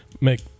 make